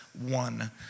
one